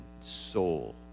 soul